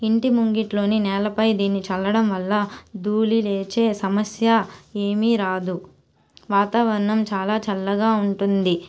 ఇంటి ముంగిట్లోని నేలపై దీన్ని చల్లడం వల్ల దూలి లేచే సమస్య ఏమీ రాదు వాతావరణం చాలా చల్లగా ఉంటుంది